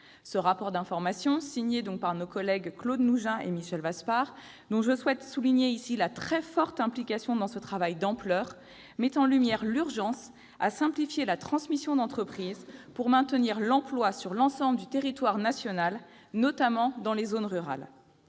Ce rapport d'information de Claude Nougein et de Michel Vaspart, dont je souhaite souligner ici la très forte implication dans ce travail d'ampleur, met en lumière l'urgence de simplifier la transmission d'entreprise pour maintenir l'emploi sur l'ensemble du territoire national, notamment dans les zones rurales.